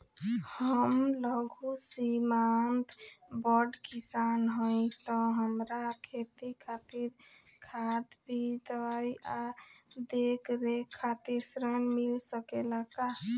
हम लघु सिमांत बड़ किसान हईं त हमरा खेती खातिर खाद बीज दवाई आ देखरेख खातिर ऋण मिल सकेला का?